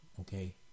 okay